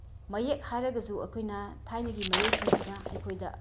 ꯃꯌꯦꯛ ꯍꯥꯏꯔꯒꯁꯨ ꯑꯩꯈꯣꯏꯅ ꯊꯥꯏꯅꯒꯤ ꯃꯌꯦꯛꯁꯤꯡꯁꯤꯅ ꯑꯩꯈꯣꯏꯗ